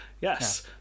Yes